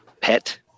pet